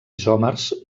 isòmers